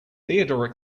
theodore